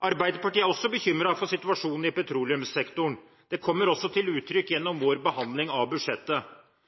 Arbeiderpartiet er også bekymret for situasjonen i petroleumssektoren. Det kommer også til uttrykk gjennom vår behandling av budsjettet.